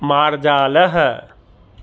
मार्जालः